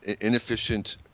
inefficient